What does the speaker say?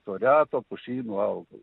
to reto pušynu augal